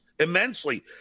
Immensely